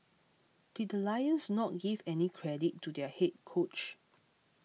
did the Lions not give any credit to their head coach